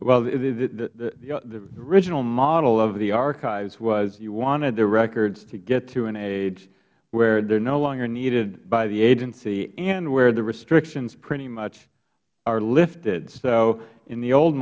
the original model of the archives was you wanted the records to get to an age where they are no longer needed by the agency and where the restrictions pretty much are lifted so in the old